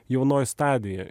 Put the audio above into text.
jaunoj stadijoj